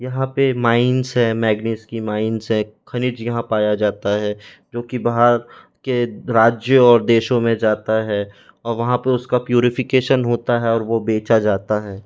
यहाँ पे माइंस है मैग्नीस की माइंस है खनिज यहाँ पाया जाता है जो कि बाहर के राज्यों और देशों में जाता है और वहाँ पे उसका प्यूरीफिकेशन होता है और वो बेचा जाता है